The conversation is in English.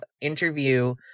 interview